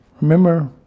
Remember